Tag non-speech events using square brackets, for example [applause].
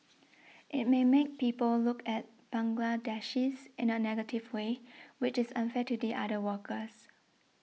[noise] it may make people look at Bangladeshis in a negative way which is unfair to the other workers